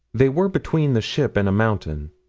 they were between the ship and a mountain.